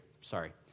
sorry